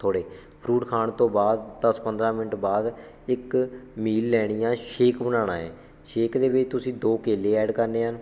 ਥੋੜ੍ਹੇ ਫਰੂਟ ਖਾਣ ਤੋਂ ਬਾਅਦ ਦਸ ਪੰਦਰ੍ਹਾਂ ਮਿੰਟ ਬਾਅਦ ਇੱਕ ਮੀਲ ਲੈਣੀ ਆ ਛੇਕ ਬਣਾਉਣਾ ਹੈ ਛੇਕ ਦੇ ਵਿੱਚ ਤੁਸੀਂ ਦੋ ਕੇਲੇ ਐਡ ਕਰਨੇ ਹਨ